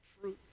truth